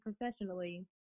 professionally